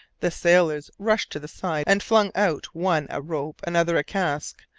the sailors rushed to the side and flung out one a rope, another a cask,